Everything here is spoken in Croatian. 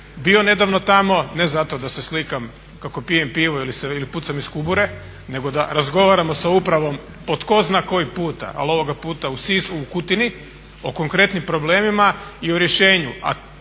bio nedavno tamo, ne zato da se slikam kako pijem pivo ili pucam iz kubure nego da razgovaramo sa upravom po tko zna koji puta, ali ovoga puta u Kutini o konkretnim problemima i o rješenju,